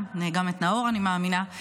גם את נאור אני מאמינה,